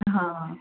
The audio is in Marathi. हा